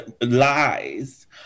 lies